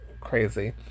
crazy